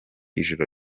ijoro